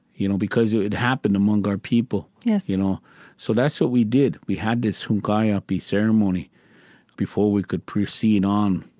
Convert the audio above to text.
you know, because it happened among our people yes you know so that's what we did. we had this hunkapi ceremony before we could proceed on.